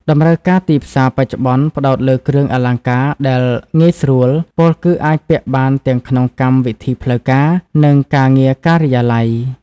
តម្រូវការទីផ្សារបច្ចុប្បន្ន ផ្ដោតលើគ្រឿងអលង្ការដែល "ងាយស្រួល" ពោលគឺអាចពាក់បានទាំងក្នុងកម្មវិធីផ្លូវការ និងការងារការិយាល័យ។